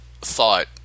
thought